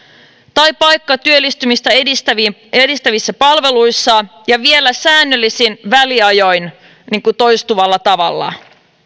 tai paikka työllistymistä edistävissä palveluissa ja vielä säännöllisin väliajoin toistuvalla tavalla